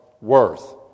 worth